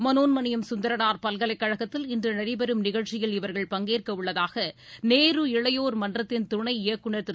மனோன்மணியம் சுந்தரனார் பல்கலைக் கழகத்தில் இன்று நடைபெறும் நிகழ்ச்சியில் இவர்கள் பங்கேற்கவுள்ளதாக நேரு இளையோர் மன்றத்தின் துணை இயக்குநர் திரு